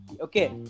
Okay